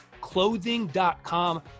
clothing.com